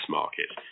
market